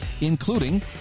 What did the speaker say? including